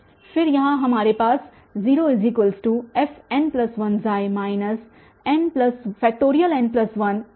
फिर यहाँ हमारे पास है 0fn1 n1